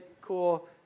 cool